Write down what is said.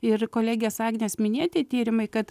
ir kolegės agnės minėti tyrimai kad